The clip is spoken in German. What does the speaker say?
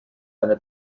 eine